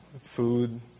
food